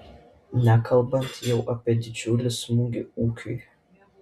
nekalbant jau apie didžiulį smūgį ūkiui